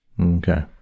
okay